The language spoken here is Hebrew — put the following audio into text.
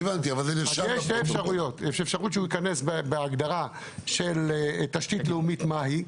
אז יש שתי אפשרויות: יש אפשרות שהוא ייכנס בהגדרה של תשתית לאומית מהי.